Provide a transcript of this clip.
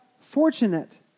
fortunate